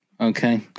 Okay